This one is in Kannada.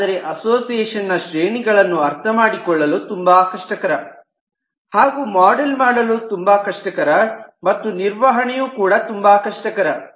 ಆದರೆ ಅಸೋಸಿಯೇಷನ್ ನ ಶ್ರೇಣಿಗಳನ್ನು ಅರ್ಥ ಮಾಡಿಕೊಳ್ಳಲು ತುಂಬಾ ಕಷ್ಟಕರ ಹಾಗೂ ಮಾಡೆಲ್ ಮಾಡಲು ತುಂಬಾ ಕಷ್ಟಕರ ಮತ್ತು ನಿರ್ವಹಣೆಯು ಕೂಡ ತುಂಬಾ ಕಷ್ಟಕರ